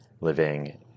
living